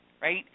right